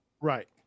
Right